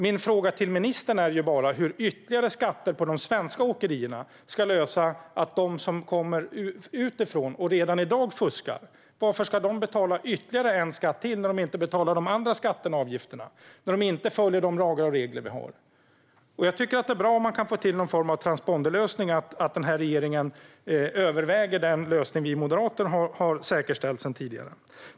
Min fråga till ministern är bara hur ytterligare skatter på de svenska åkerierna ska lösa problemet med dem som kommer utifrån och redan i dag fuskar. Varför skulle de betala ytterligare en skatt när de inte betalar de andra skatterna och avgifterna och inte följer de lagar och regler vi har? Jag tycker att det är bra om man kan få till någon form av transponderlösning och att regeringen överväger den lösning vi moderater har säkerställt sedan tidigare.